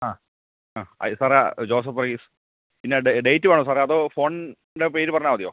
ആ ആ അതേ സാറേ ജോസഫ് വർഗ്ഗീസ് പിന്നെ ഡേറ്റ് വേണോ സാറേ അതോ ഫോണിൻ്റെ പേര് പറഞ്ഞാൽ മതിയോ